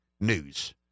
news